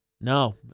No